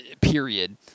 period